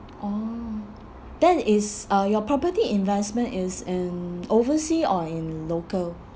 orh that is uh your property investment is in oversea or in local